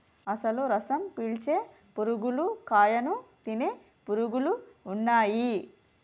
అసలు రసం పీల్చే పురుగులు కాయను తినే పురుగులు ఉన్నయ్యి